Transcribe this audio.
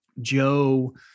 Joe